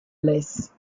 less